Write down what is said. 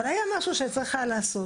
אבל היה משהו שהיה צריך לעשות,